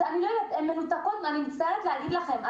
אני מצטערת להגיד לכם,